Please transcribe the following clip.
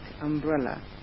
umbrella